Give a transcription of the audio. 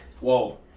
Whoa